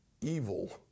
evil